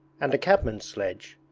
and a cabman's sledge,